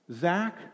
Zach